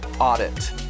audit